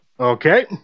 Okay